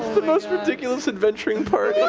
the most ridiculous adventuring party.